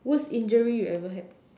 worst injury you ever had